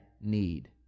need